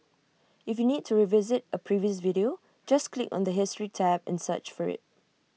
if you need to revisit A previous video just click on the history tab and search for IT